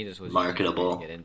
marketable